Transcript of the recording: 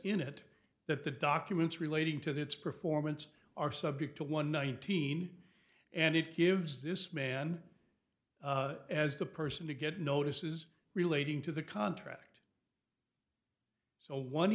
in it that the documents relating to the it's performance are subject to one nineteen and it gives this man as the person to get notices relating to the contract so one